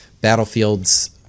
Battlefield's